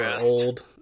old